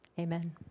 Amen